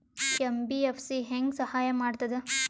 MBFC ಹೆಂಗ್ ಸಹಾಯ ಮಾಡ್ತದ?